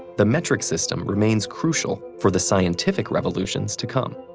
the metric system remains crucial for the scientific revolutions to come.